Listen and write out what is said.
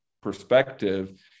perspective